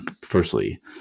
Firstly